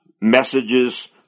messages